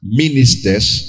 ministers